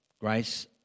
Grace